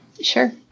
Sure